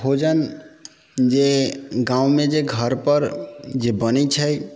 भोजन जे गाँवमे जे घरपर जे बनै छै